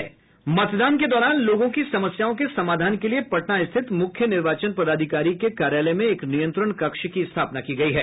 मतदान के दौरान लोगों की समस्याओं के समाधान के लिए पटना स्थित मुख्य निर्वाचन पदाधिकारी के कार्यालय में एक नियंत्रण कक्ष की स्थापना की गयी है